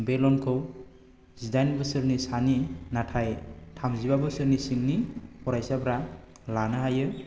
बे लनखौ जिदाइन बोसोरनि सानि नाथाय थामजिबा बोसोरनि सिंनि फरायसाफ्रा लानो हायो